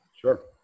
Sure